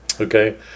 Okay